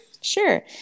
sure